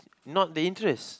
not their interest